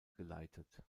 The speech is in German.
geleitet